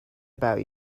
about